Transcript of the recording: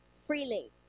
freely